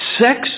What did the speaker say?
sex